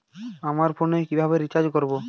আমার ফোনে কিভাবে রিচার্জ করবো?